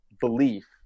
belief